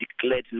declared